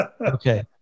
Okay